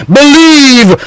Believe